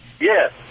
Yes